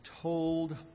told